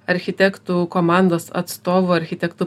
architektų komandos atstovu architektu